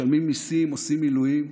משלמים מיסים, עושים מילואים,